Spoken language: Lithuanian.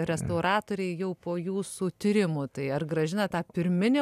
restauratoriai jau po jūsų tyrimų tai ar grąžina tą pirminį